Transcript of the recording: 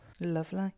Lovely